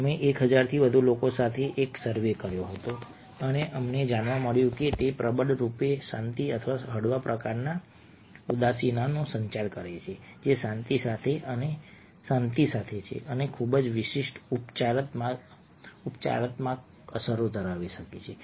અમે 1000 થી વધુ લોકો સાથે એક સર્વે કર્યો હતો અને અમને જાણવા મળ્યું હતું કે તે પ્રબળ રૂપે શાંતિ અથવા હળવા પ્રકારની ઉદાસીનો સંચાર કરે છે જે શાંતિ સાથે છે અને તે ખૂબ જ વિશિષ્ટ ઉપચારાત્મક અસરો ધરાવી શકે છે